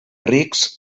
rics